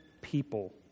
people